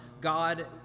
God